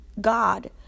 God